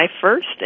first